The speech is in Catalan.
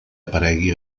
aparegui